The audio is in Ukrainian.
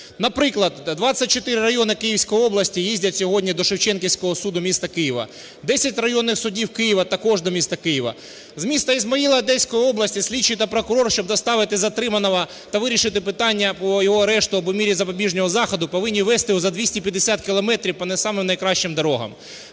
Наприклад, 24 райони Київської області їздять сьогодні до Шевченківського суду міста Києва, десять районних судів міста Києва також до міста Києва. З міста Ізмаїла Одеської області слідчий та прокурор, щоб доставити затриманого та вирішити питання по його арешту або мірі запобіжного заходу повинні везти його за 250 кілометрів по не самим найкращим дорогам.